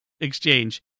exchange